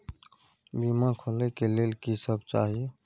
बीमा खोले के लेल की सब चाही?